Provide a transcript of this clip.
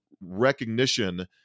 recognition